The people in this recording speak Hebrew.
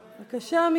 בבקשה.